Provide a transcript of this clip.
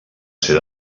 ser